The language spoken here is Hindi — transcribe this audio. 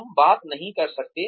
तुम बात नहीं कर सकते